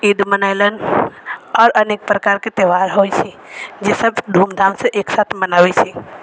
ईद मनैलन आओर अनेक प्रकारके त्योहार होइ छै जेसब धूमधामसँ एकसाथ मनाबै छै